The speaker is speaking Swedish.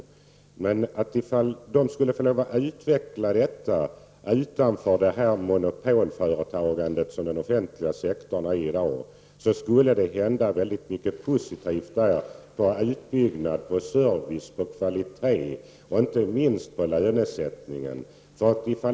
Om de skulle få lov att utveckla detta utanför det monopolföre tagande som den offentliga sektorn innebär, skulle det hända mycket positivt när det gäller utbyggnad, service, kvalitet och inte minst när det gäller lönesättningen.